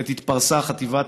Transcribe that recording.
עת התפרסה חטיבה